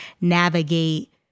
navigate